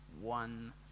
One